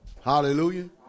Hallelujah